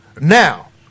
now